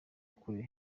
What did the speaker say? kure